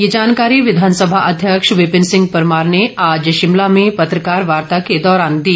ये जानकारी विधानसभा अध्यक्ष विपिन सिंह परमार ने आज शिमला में पत्रकार वार्ता के दौरान दी